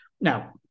Now